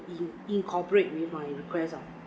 in~ incorporate with my request ah